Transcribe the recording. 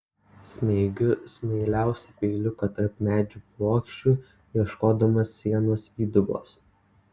smeigiu smailiausią peiliuką tarp medžio plokščių ieškodama sienos įdubos